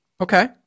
Okay